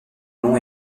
longs